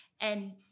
And-